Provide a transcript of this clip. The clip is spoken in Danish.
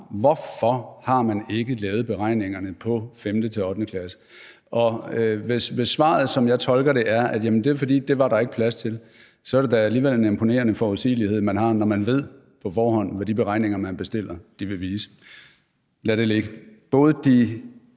hvorfor man ikke har lavet beregningerne på 5. til 8. klasse. Hvis svaret, som jeg tolker det, er, at det var, fordi der ikke var plads til det, så er det alligevel en imponerende forudsigelighed, man har, når man ved på forhånd, hvad de beregninger, man bestiller, vil vise. Lad det ligge. Både de